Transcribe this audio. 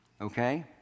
Okay